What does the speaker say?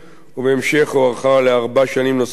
ובהמשך הוארכה לארבע שנים נוספות,